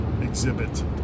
exhibit